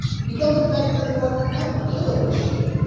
he becomes, in fact, during the war, kind of a killing machine.